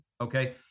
Okay